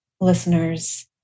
listeners